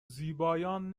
زیبایان